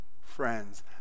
Friends